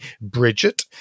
Bridget